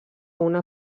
una